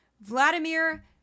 Vladimir